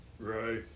Right